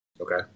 Okay